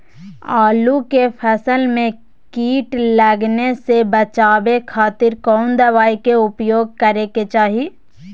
आलू के फसल में कीट लगने से बचावे खातिर कौन दवाई के उपयोग करे के चाही?